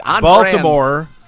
Baltimore